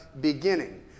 beginning